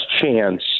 chance